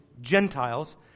Gentiles